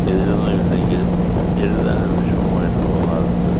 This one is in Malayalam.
എഴുതുന്നില്ലെങ്കിലും എഴുതാനൊരു വിഷമമായിട്ട് തോന്നാറുണ്ട്